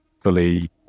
fully